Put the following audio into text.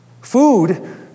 Food